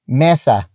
mesa